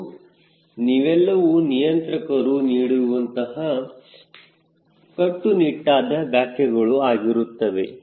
ಮತ್ತು ಇವೆಲ್ಲವೂ ನಿಯಂತ್ರಕರು ನೀಡಿರುವಂತಹ ಕಟ್ಟುನಿಟ್ಟಾದ ವ್ಯಾಕ್ಯಗಳು ಆಗಿರುತ್ತವೆ